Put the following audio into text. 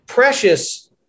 Precious